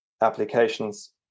applications